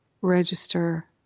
register